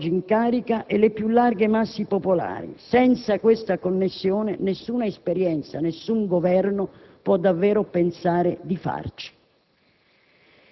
oggi in carica, e le più larghe masse popolari. Senza questa connessione nessuna esperienza e nessun Governo può davvero pensare di farcela.